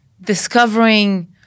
discovering